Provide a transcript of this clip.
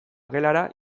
gelara